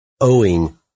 owing